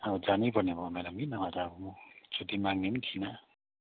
अब जानैपर्ने भयो कि म्याडम नभए त म छुट्टी माग्ने पनि थिइनँ